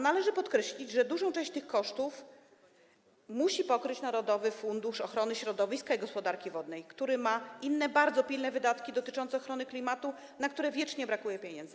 Należy tu podkreślić, że dużą część tych kosztów musi pokryć Narodowy Fundusz Ochrony Środowiska i Gospodarki Wodnej, który ma inne bardzo pilne wydatki dotyczące ochrony klimatu, na które wiecznie brakuje pieniędzy.